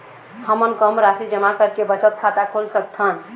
हमन कम राशि जमा करके बचत खाता खोल सकथन?